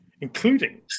including